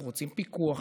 אנחנו רוצים פיקוח,